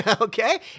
okay